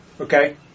okay